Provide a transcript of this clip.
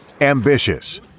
ambitious